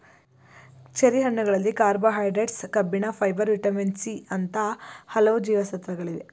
cherry ಹಣ್ಣುಗಳಲ್ಲಿ carbohydrates, ಕಬ್ಬಿಣ, fibre, vitamin C ಅಂತ ಹಲವು ಜೀವಸತ್ವಗಳಿವೆ